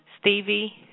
Stevie